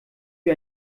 wie